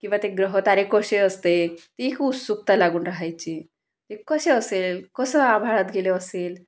किंवा ते ग्रह तारे कसे असते ती एक उत्सुकता लागून रहायची की कसे असेल कसं आभाळात गेलं असेल